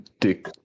Dick